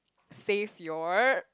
save your